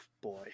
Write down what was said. boy